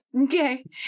Okay